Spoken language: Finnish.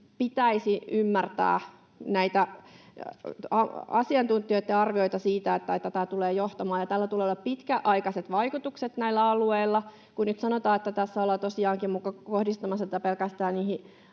pitäisi ymmärtää näitä asiantuntijoita ja arvioita siitä, mihin tämä tulee johtamaan. Tällä tulee olemaan pitkäaikaiset vaikutukset näillä alueilla. Kun nyt sanotaan, että tässä ollaan tosiaankin muka kohdistamassa tätä pelkästään aikuisiin